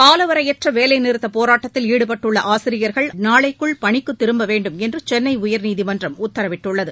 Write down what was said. காலவரையற்ற வேலைநிறுத்த போராட்டத்தில் ஈடுபட்டுள்ள ஆசிரியர்கள் நாளைக்குள் பணிக்குத் திரும்ப வேண்டும் என்று சென்னை உயர்நீதிமன்றம் உத்தரவிட்டுள்ளது